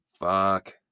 Fuck